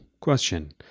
question